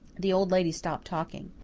the old lady stopped talking.